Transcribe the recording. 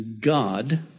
God